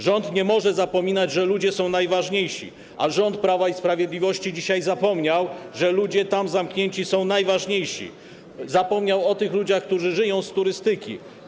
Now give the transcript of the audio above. Rząd nie może zapominać, że ludzie są najważniejsi, a rząd Prawa i Sprawiedliwości dzisiaj zapomniał, że są tam zamknięci ludzie, którzy są najważniejsi, zapomniał o tych ludziach, którzy żyją z turystyki.